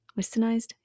Westernized